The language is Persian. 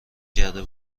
کرده